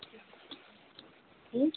কী